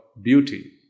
beauty